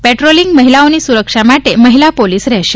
patrolling મહિલાઓ ની સુરક્ષા માટે મહિલા પોલીસ રહેશે